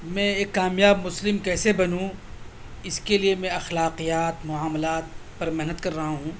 میں ایک کامیاب مسلم کیسے بنوں اس کے لیے میں اخلاقیات معاملات پر محنت کر رہا ہوں